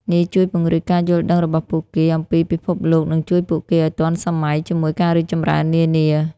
នេះជួយពង្រីកការយល់ដឹងរបស់ពួកគេអំពីពិភពលោក និងជួយពួកគេឱ្យទាន់សម័យជាមួយការរីកចម្រើននានា។